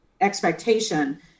expectation